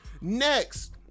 next